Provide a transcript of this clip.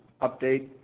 update